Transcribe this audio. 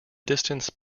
distance